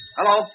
Hello